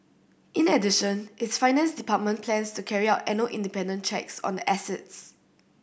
in addition its finance department plans to carry out annual independent checks on the assets